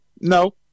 no